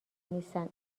نیستن